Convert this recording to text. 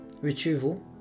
retrieval